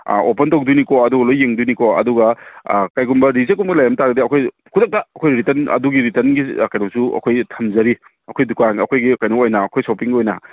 open ꯇꯧꯗꯣꯏꯅꯤꯀꯣ ꯑꯗꯨꯒ ꯂꯣꯏ ꯌꯦꯡꯗꯣꯏꯅꯤꯀꯣ ꯑꯗꯨꯒ ꯀꯩꯒꯨꯝꯕ ꯔꯤꯖꯦꯛꯀꯨꯝꯕ ꯂꯩꯔꯝꯇꯥꯔꯗꯤ ꯑꯩꯈꯣꯏ ꯈꯨꯗꯛꯇ ꯑꯩꯈꯣꯏ ꯔꯤꯇꯔꯟ ꯑꯗꯨꯒꯤ ꯔꯤꯇꯔꯟꯒꯤ ꯀꯩꯅꯣꯁꯨ ꯑꯩꯈꯣꯏ ꯊꯝꯖꯔꯤ ꯑꯩꯈꯣꯏ ꯗꯨꯀꯥꯟꯅ ꯑꯩꯈꯣꯏꯒꯤ ꯀꯩꯅꯣ ꯑꯣꯏꯅ ꯑꯩꯈꯣꯏ ꯁꯣꯞꯄꯤꯡꯒꯤ ꯑꯣꯏꯅ